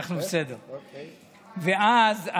ואז,